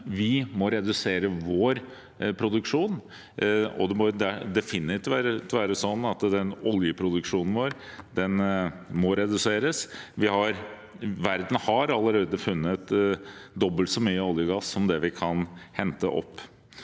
vi må redusere vår produksjon – det må definitivt være slik at oljeproduksjonen vår må reduseres. Verden har allerede funnet dobbelt så mye olje og gass som det vi kan hente opp.